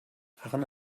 arne